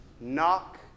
Knock